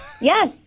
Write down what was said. yes